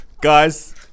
Guys